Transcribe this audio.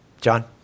John